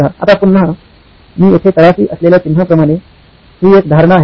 आता पुन्हा मी येथे तळाशी असलेल्या चिन्हांप्रमाणे ही एक धारणा आहे